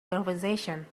conversation